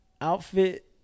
outfit